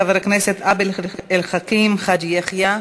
חבר הכנסת עבד אל חכים חאג' יחיא.